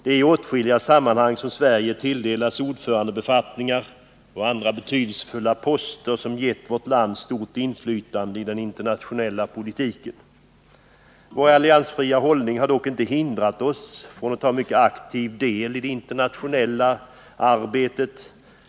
Det är i åtskilliga sammanhang som Sverige tilldelats ordförandebefattningen och andra betydelsefulla poster som gett vårt land stort inflytande i den internationella politiken. Vår alliansfria hållning har dock inte hindrat oss från att ta mycket aktiv del i det internationella arbetet.